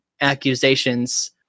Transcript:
accusations